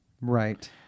Right